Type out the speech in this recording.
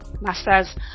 master's